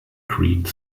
crete